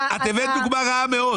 הבאת דוגמה רעה מאוד.